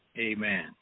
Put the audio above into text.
Amen